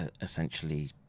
essentially